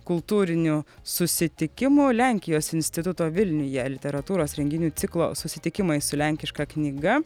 kultūrinių susitikimų lenkijos instituto vilniuje literatūros renginių ciklo susitikimai su lenkiška knyga